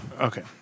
Okay